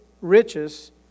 riches